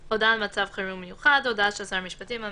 לדיווחים שהועברו לשר הביטחון ולדיווחים